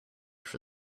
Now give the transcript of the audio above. for